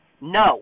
No